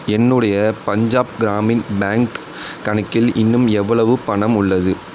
என்னுடைய பஞ்சாப் கிராமின் பேங்க் கணக்கில் இன்னும் எவ்வளவு பணம் உள்ளது